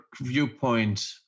viewpoint